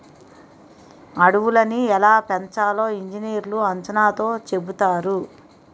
అడవులని ఎలా పెంచాలో ఇంజనీర్లు అంచనాతో చెబుతారు